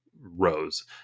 rows